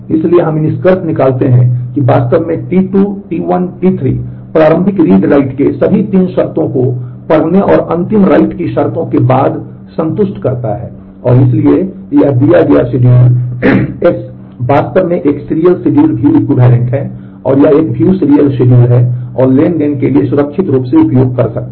इसलिए हम यह निष्कर्ष निकालते हैं कि वास्तव में T2 T1 T3 प्रारंभिक रीड राइट के सभी तीन शर्तों को पढ़ने और अंतिम write की शर्तों के बाद संतुष्ट करता है और इसलिए यह दिया गया शेड्यूल S वास्तव में एक सीरियल शेड्यूल के view equivalent है और यह एक view सीरियल शेड्यूल है और ट्रांज़ैक्शन के लिए सुरक्षित रूप से उपयोग कर सकते हैं